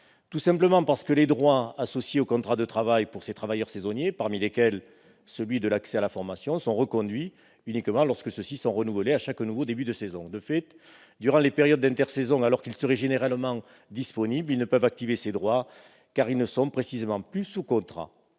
par le fait que les droits associés aux contrats de travail pour ces travailleurs saisonniers, parmi lesquels celui de l'accès à la formation, ne sont reconduits que lorsque ces contrats sont renouvelés, à chaque nouveau début de saison. De fait, durant les périodes d'intersaison, alors que les travailleurs seraient généralement disponibles, ils ne peuvent activer ces droits associés, car ils ne sont précisément plus sous contrat.